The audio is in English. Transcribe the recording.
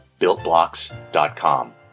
builtblocks.com